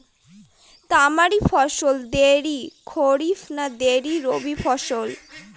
তামারি ফসল দেরী খরিফ না দেরী রবি ফসল?